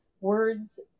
words